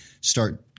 start